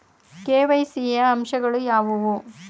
KYC ಯ ಅಂಶಗಳು ಯಾವುವು?